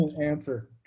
Answer